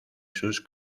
sus